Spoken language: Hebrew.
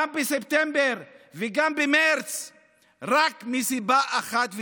גם בספטמבר וגם במרץ רק מסיבה אחת ויחידה,